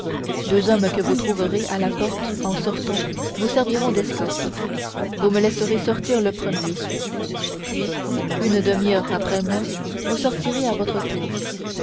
deux hommes que vous trouverez à la porte en sortant vous serviront d'escorte vous me laisserez sortir le premier puis une demi-heure après moi vous sortirez à votre tour